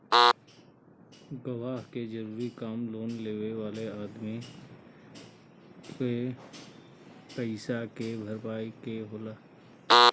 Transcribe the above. गवाह के जरूरी काम लोन लेवे वाले अदमी के पईसा के भरपाई के होला